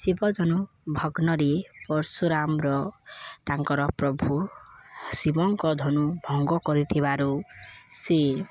ଶିବଜନୁ ଭଗ୍ନରେ ପର୍ଶୁରାମର ତାଙ୍କର ପ୍ରଭୁ ଶିବଙ୍କ ଧନୁ ଭଙ୍ଗ କରିଥିବାରୁ ସେ